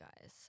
guys